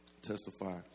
testify